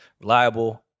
reliable